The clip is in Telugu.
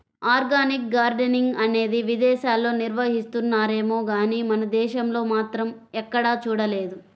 ఆర్గానిక్ గార్డెనింగ్ అనేది విదేశాల్లో నిర్వహిస్తున్నారేమో గానీ మన దేశంలో మాత్రం ఎక్కడా చూడలేదు